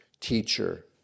teacher